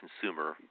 consumer